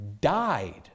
died